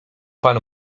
pan